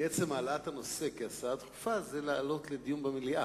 עצם העלאת הנושא כהצעה דחופה זה לעלות לדיון במליאה.